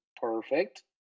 Perfect